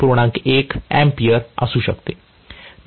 1 A असू शकते